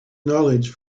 knowledge